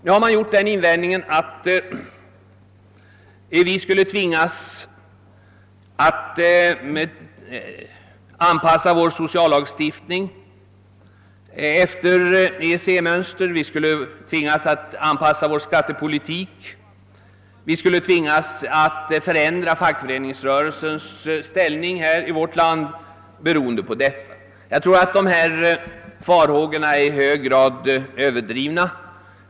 Nu har det gjorts den invändningen att vi skulle bli tvungna att anpassa vår sociallagstiftning och även vår skattepolitik efter EEC-mönster och ändra fackföreningsrörelsens ställning här i landet vid en anslutning till EEC. De farhågorna tror jag är mycket överdrivna.